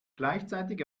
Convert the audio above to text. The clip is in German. gleichzeitig